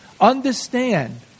understand